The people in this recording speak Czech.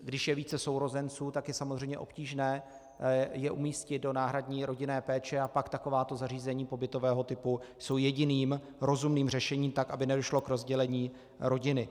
Když je více sourozenců, tak je samozřejmě obtížné je umístit do náhradní rodinné péče a pak takováto zařízení pobytového typu jsou jediným rozumným řešením, tak aby nedošlo k rozdělení rodiny.